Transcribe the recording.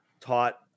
taught